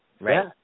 Right